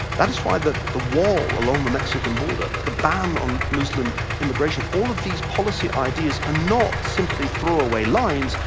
that is why the the wall along the mexican border, the ban on muslim immigration, all of these policy ideas are ah not simply throw away lines,